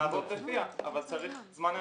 נעבוד לפיה אבל צריך זמן היערכות.